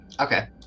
Okay